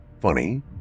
Funny